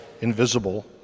invisible